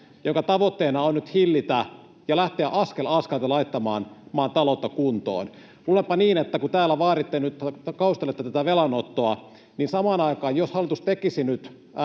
jonka tavoitteena on hillitä ja lähteä askel askeleelta laittamaan maan ta-loutta kuntoon. Luulenpa niin, että kun täällä nyt kauhistelette tätä velanottoa, niin samaan aikaan, jos hallitus tekisi